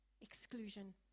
exclusion